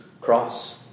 cross